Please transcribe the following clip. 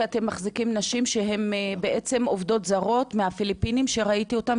כי אתם מחזיקים נשים שהן בעצם עובדות זרות מהפיליפינים שראיתי אותן,